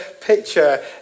picture